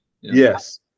Yes